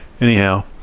anyhow